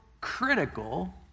critical